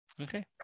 Okay